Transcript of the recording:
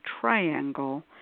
triangle